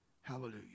Hallelujah